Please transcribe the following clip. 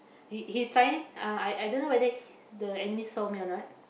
he he trying uh I I don't know whether the enemy saw me or not